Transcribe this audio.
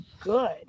good